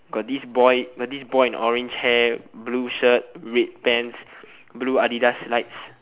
got this boy got this boy in orange hair blue shirt red pants blue Adidas slides